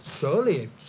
Surely